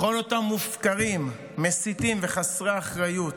לכל אותם מופקרים, מסיתים וחסרי אחריות,